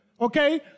okay